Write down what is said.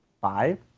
Five